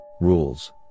Rules